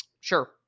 Sure